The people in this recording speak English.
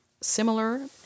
similar